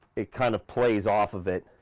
it kind of plays off of it.